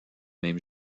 même